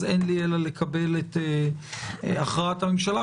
אז אין לי אלא לקבל את הכרעת הממשלה,